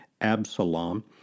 Absalom